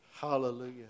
Hallelujah